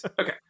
Okay